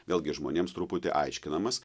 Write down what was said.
vėlgi žmonėms truputį aiškinamas